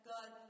God